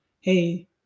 Hey